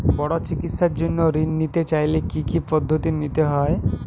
বড় চিকিৎসার জন্য ঋণ নিতে চাইলে কী কী পদ্ধতি নিতে হয়?